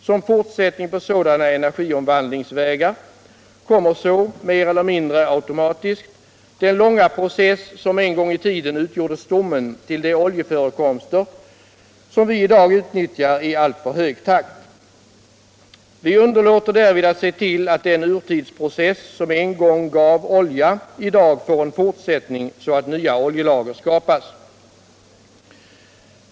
Som fortsättning på sådana energiomvandlingsvägar kommer så — mer eller mindre automatiskt — den långa process som en gång i tiden utgjorde stommen till de oljeförekomster som vi i dag utnyttjar i alltför hög takt. Vi underlåter därvid att se till att den urtidsprocess som en gång gav olja i dag får en fortsättning så att nya oljelager skapas.